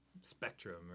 spectrum